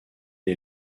est